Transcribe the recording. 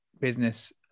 business